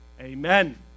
Amen